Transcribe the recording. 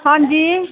हां जी